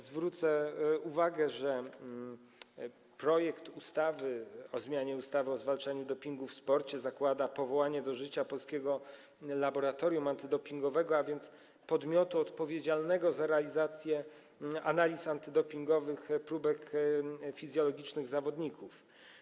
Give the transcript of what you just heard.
Zwrócę uwagę na to, że projekt ustawy o zmianie ustawy o zwalczaniu dopingu w sporcie zakłada powołanie do życia Polskiego Laboratorium Antydopingowego, a więc podmiotu odpowiedzialnego za prowadzenie analiz antydopingowych próbek fizjologicznych zawodników.